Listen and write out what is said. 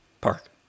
park